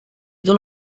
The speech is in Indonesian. itu